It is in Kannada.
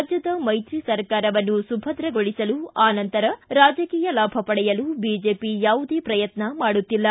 ರಾಜ್ಯದ ಮೈತ್ರಿ ಸರ್ಕಾರವನ್ನು ಅಭದ್ರಗೊಳಿಸಲು ಆ ನಂತರ ರಾಜಕೀಯ ಲಾಭ ಪಡೆಯಲು ಬಿಜೆಪಿ ಯಾವುದೇ ಪ್ರಯತ್ನ ಮಾಡುತ್ತಿಲ್ಲ